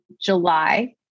July